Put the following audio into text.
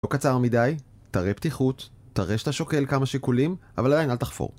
לא קצר מדי, תראה פתיחות, תראה שאתה שוקל כמה שיקולים, אבל עדיין אל תחפור